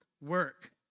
work